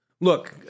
Look